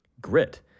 grit